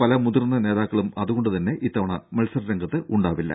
പല മുതിർന്ന നേതാക്കളും അതുകൊണ്ടുതന്നെ ഇത്തവണ മത്സരരംഗത്തുണ്ടാവില്ല